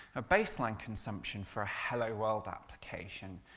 ah baseline consumption for a hello world application,